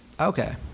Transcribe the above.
Okay